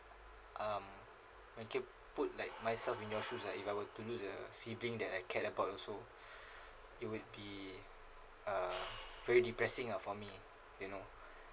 um vacuum put like myself in your shoes lah if I were to lose a sibling that I cared about also it would be uh very depressing ah for me you know